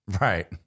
Right